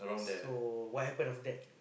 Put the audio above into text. so what happened after that